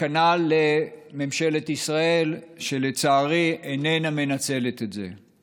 וכנ"ל לממשלת ישראל, שלצערי איננה מנצלת את זה.